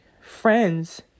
friends